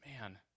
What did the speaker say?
man